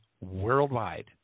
worldwide